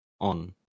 on